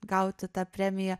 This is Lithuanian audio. gauti tą premiją